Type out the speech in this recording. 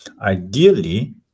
Ideally